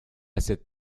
cette